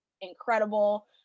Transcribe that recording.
incredible